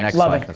like love it.